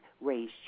raise